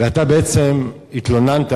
ואתה בעצם התלוננת,